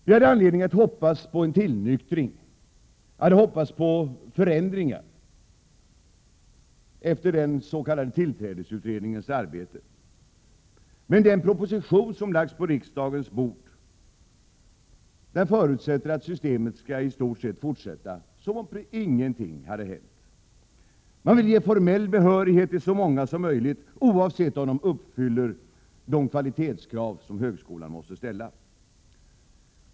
Vi hade anledning att hoppas på en tillnyktring och förändringar efter den s.k. tillträdesutredningens arbete. Men i den proposition som lagts på riksdagens bord förutsätts att systemet i stort sett skall fortsätta som om ingenting hade hänt. Man vill ge formell behörighet till så många som möjligt oavsett om de uppfyller de kvalitetskrav som högskolan måste ställa.